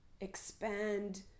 Expand